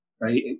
right